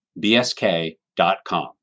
bsk.com